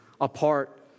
apart